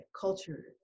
culture